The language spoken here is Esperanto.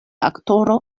aktoro